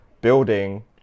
building